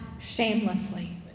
shamelessly